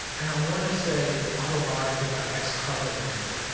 and i want to say, autobiography of an ex-colored man,